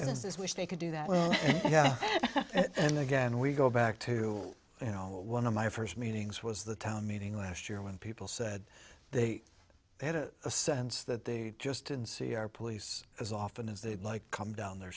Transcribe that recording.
businesses wish they could do that yeah and again we go back to you know one of my first meetings was the town meeting last year when people said they had a sense that they just didn't see our police as often as they'd like come down their